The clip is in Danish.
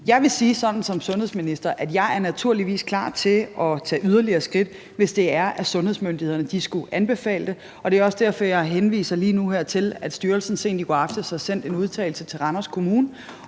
Jeg vil som sundhedsminister sige, at jeg naturligvis er klar til at tage yderligere skridt, hvis det er, at sundhedsmyndighederne skulle anbefale det, og det er også derfor, at jeg lige nu henviser til, at styrelsen sent i går aftes har sendt en udtalelse til Randers Kommune.